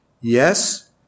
Yes